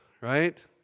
right